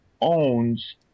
owns